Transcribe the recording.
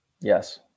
Yes